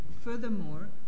furthermore